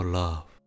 love